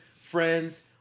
friends